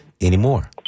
anymore